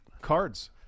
cards